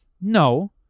No